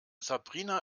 sabrina